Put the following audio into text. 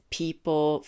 people